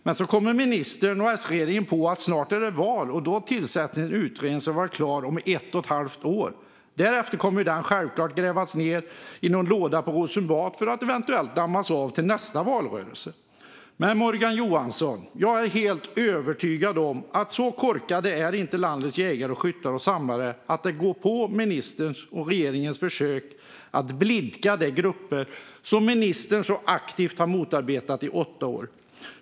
Men så kommer ministern och Sregeringen på att det snart är val, och då tillsätter man en utredning som ska vara klar om ett och ett halvt år. Därefter kommer den självklart att begravas i någon låda på Rosenbad för att eventuellt dammas av till nästa valrörelse. Men, Morgan Johansson, jag är helt övertygad om att så korkade är inte landets jägare, skyttar och samlare att de går på ministerns och regeringens försök att blidka de grupper som ministern så aktivt har motarbetat i åtta år.